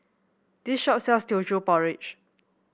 this shop sells Teochew Porridge